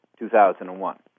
2001